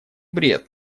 бред